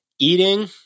eating